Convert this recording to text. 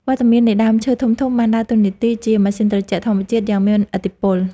វត្តមាននៃដើមឈើធំៗបានដើរតួនាទីជា ម៉ាស៊ីនត្រជាក់ធម្មជាតិ យ៉ាងមានឥទ្ធិពល។